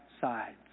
sides